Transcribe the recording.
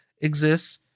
exists